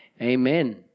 Amen